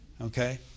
Okay